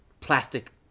plastic